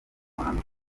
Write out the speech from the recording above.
mahanga